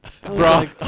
Bro